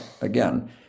again